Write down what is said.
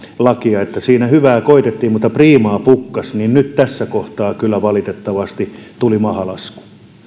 lakia että siinä hyvää koetettiin mutta priimaa pukkasi niin nyt tässä kohtaa kyllä valitettavasti tuli mahalasku